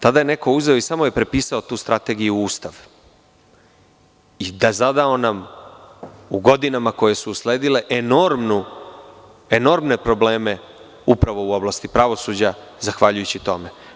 Tada je neko uzeo i samo prepisao tu strategiju u Ustav i zadao nam, u godinama koje su usledile, enormne probleme upravo u oblasti pravosuđa zahvaljujući tome.